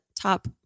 top